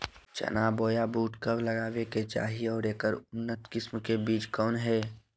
चना बोया बुट कब लगावे के चाही और ऐकर उन्नत किस्म के बिज कौन है?